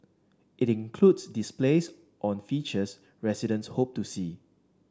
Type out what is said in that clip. it includes displays on features residents hope to see